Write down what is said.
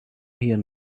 here